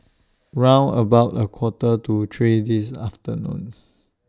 round about A Quarter to three This afternoon